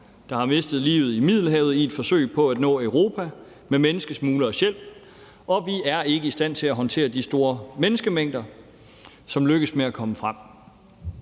der har mistet livet i Middelhavet i et forsøg på at nå Europa med menneskesmugleres hjælp, og vi er ikke i stand til at håndtere de store menneskemængder, som lykkes med at komme frem.